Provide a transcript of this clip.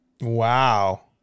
Wow